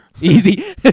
Easy